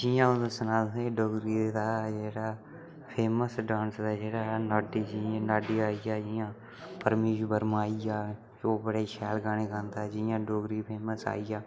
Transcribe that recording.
जियां अऊं दस्सना तुसेंगी डोगरी दा जेह्ड़ा फेमस डांस ऐ जेह्ड़ा नाटी जियां नाटी आई गेआ जियां परमिश वर्मा आई गेआ ओह् बड़े शैल गाने गांदा जियां डोगरी फेमस आई गेआ